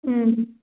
ଉଁ